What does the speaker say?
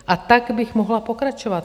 A tak bych mohla pokračovat.